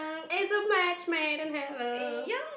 is a much madam hello